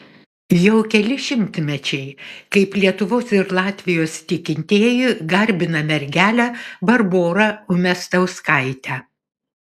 jau keli šimtmečiai kaip lietuvos ir latvijos tikintieji garbina mergelę barborą umiastauskaitę